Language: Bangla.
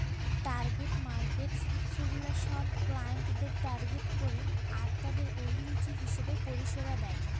টার্গেট মার্কেটস সেগুলা সব ক্লায়েন্টদের টার্গেট করে আরতাদের অভিরুচি হিসেবে পরিষেবা দেয়